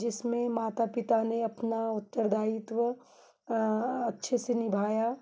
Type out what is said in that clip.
जिसमें माता पिता ने अपना उत्तरदायित्व अच्छे से निभाया